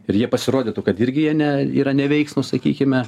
ir jie pasirodytų kad irgi jie ne yra neveiksnūs sakykime